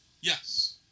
Yes